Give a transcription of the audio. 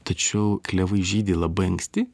tačiau klevai žydi labai anksti